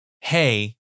hey